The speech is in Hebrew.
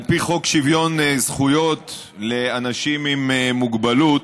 על פי חוק שוויון זכויות לאנשים עם מוגבלות,